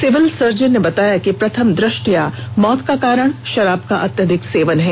civil surgeon ने भी बताया कि प्रथम द्रष्टया मौत का कारण शराब का अत्यधिक सेवन है